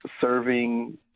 serving